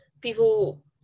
people